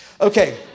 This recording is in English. Okay